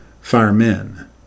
firemen